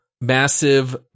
massive